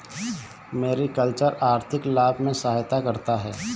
mariculture आर्थिक लाभ में सहायता करता है